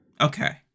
Okay